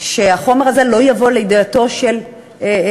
שהחומר הזה לא יבוא לידיעתו של העבריין,